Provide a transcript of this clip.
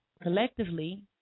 Collectively